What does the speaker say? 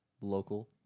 local